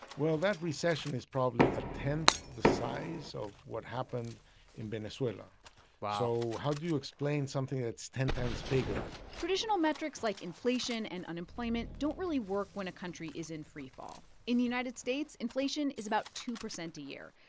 well, that recession is probably a tenth the size of what happened in venezuela wow so how do you explain something that's ten times bigger? traditional metrics like inflation and unemployment don't really work when a country is in freefall. in united states, inflation is about two percent a year.